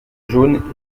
jaune